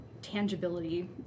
tangibility